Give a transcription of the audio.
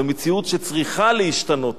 זו מציאות שצריכה להשתנות,